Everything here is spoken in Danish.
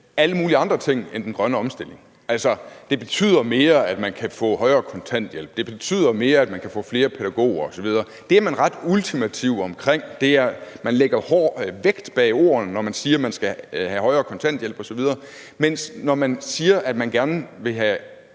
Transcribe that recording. alle mulige andre ting end den grønne omstilling mere for Enhedslisten. Altså, det betyder mere, at man kan få forhøjet kontanthjælpen, det betyder mere, at man kan få flere pædagoger osv. Der er man ret ultimativ. Man lægger vægt bag ordene, når man siger, at man vil have forhøjet kontanthjælpen osv., mens når man siger, at man gerne vil have